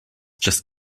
just